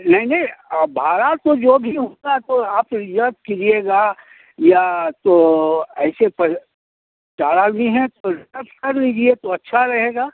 नहीं नहीं आ भाड़ा तो जो भी होता है तो आप यह याद कीजिएगा या तो ऐसे पह टारा भी है तो सब कर दीजिए तो अच्छा रहेगा